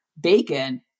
bacon